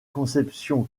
conception